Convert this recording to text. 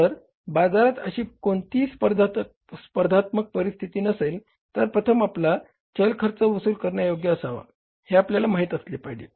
जर बाजारात अशी कोणतीही स्पर्धात्मक परिस्थिती नसेल तर प्रथम आपला चल खर्च वसूल करण्यायोग्य असावा हे आपल्याला माहित असले पाहिजे